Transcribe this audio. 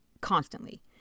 constantly